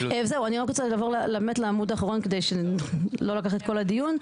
אעבור לעמוד האחרון כדי שלא אקח את כל הדיון.